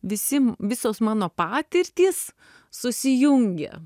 visi visos mano patirtys susijungia